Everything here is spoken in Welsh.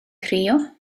crio